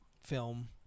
film